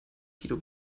guido